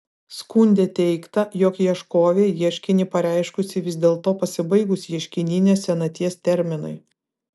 skunde teigta jog ieškovė ieškinį pareiškusi vis dėlto pasibaigus ieškininės senaties terminui